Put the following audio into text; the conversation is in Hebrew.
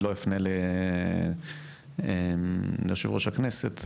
אני לא אפנה ליושב ראש הכנסת,